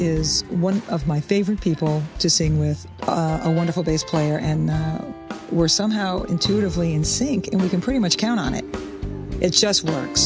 is one of my favorite people to sing with a wonderful bass player and we're somehow intuitively in sync you can pretty much count on it it just works